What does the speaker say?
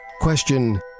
Question